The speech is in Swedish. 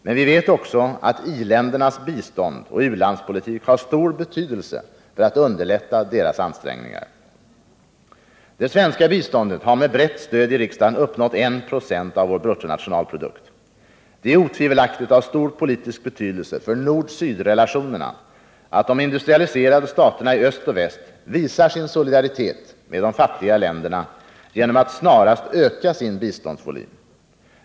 Men vi vet också att iländernas bistånd och u-landspolitik har stor betydelse för att underlätta dessa ansträngningar. Det svenska biståndet har med brett stöd i riksdagen uppnått 1 96 av vår bruttonationalprodukt. Det är otvivelaktigt av stor politisk betydelse för nord-sydrelationerna att de industrialiserade staterna i öst och väst visar sin solidaritet med de fattiga länderna genom att snarast öka sin biståndsvolym.